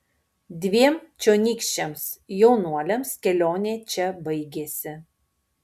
dviem čionykščiams jaunuoliams kelionė čia baigėsi